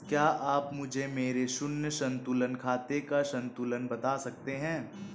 क्या आप मुझे मेरे शून्य संतुलन खाते का संतुलन बता सकते हैं?